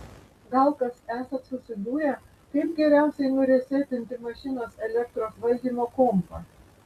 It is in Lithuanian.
gal kas esat susidūrę kaip geriausiai nuresetinti mašinos elektros valdymo kompą